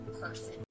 person